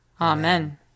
Amen